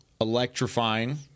electrifying